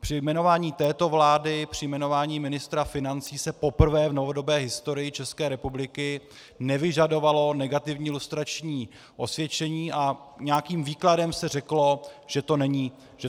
Při jmenování této vlády, při jmenování ministra financí se poprvé v novodobé historii České republiky nevyžadovalo negativní lustrační osvědčení a nějakým výkladem se řeklo, že